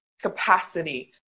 capacity